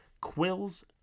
Quills